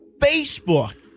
Facebook